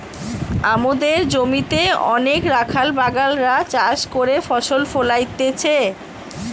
আমদের জমিতে অনেক রাখাল বাগাল রা চাষ করে ফসল ফোলাইতেছে